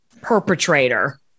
perpetrator